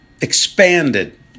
expanded